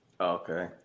Okay